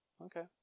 Okay